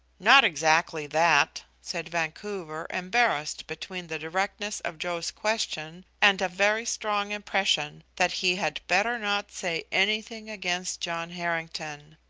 not exactly that, said vancouver, embarrassed between the directness of joe's question and a very strong impression that he had better not say anything against john harrington.